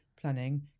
planning